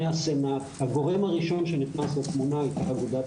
הגורם הראשון שנכנס לתמונה הייתה אגודת